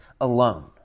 alone